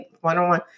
one-on-one